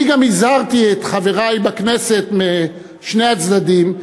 אני גם הזהרתי את חברי בכנסת משני הצדדים,